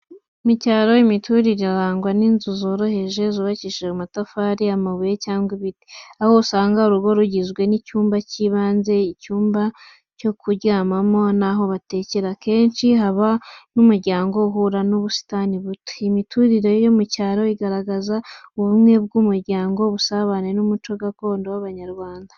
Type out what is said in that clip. Mu cyaro, imiturire irangwa n'inzu zoroheje zubakishijwe amatafari, amabuye cyangwa ibiti. Aho usanga urugo rugizwe n’icyumba cy’ibanze, icyumba cyo kuryamamo n’aho batekera. Akenshi haba n’umuryango uhura n’ubusitani buto. Imiturire yo mu cyaro igaragaza ubumwe bw’umuryango, ubusabane n’umuco gakondo w’Abanyarwanda.